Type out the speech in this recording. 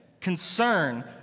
concern